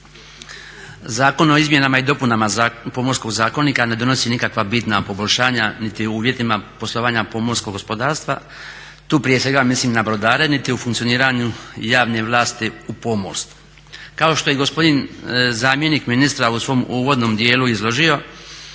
Zakon o izmjenama i dopunama Pomorskog zakonika ne donosi nikakva bitna poboljšanja niti u uvjetima poslovanja pomorskog gospodarstva. Tu prije svega mislim na brodare niti u funkcioniranju javnih vlasti u pomorstvu. Kao što je i gospodin zamjenik ministra u svom uvodnom dijelu izložio